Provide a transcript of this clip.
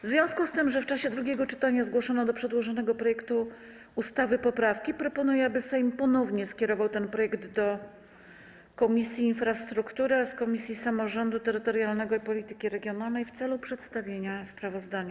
W związku z tym, że w czasie drugiego czytania zgłoszono do przedłożonego projektu ustawy poprawki, proponuję, aby Sejm ponownie skierował ten projekt do Komisji Infrastruktury oraz Komisji Samorządu Terytorialnego i Polityki Regionalnej w celu przedstawienia sprawozdania.